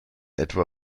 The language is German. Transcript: etwa